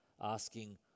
asking